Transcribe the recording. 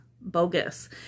bogus